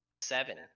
seven